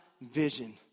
vision